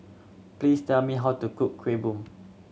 please tell me how to cook Kuih Bom